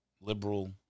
liberal